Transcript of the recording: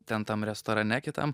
ten tam restorane kitam